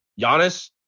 Giannis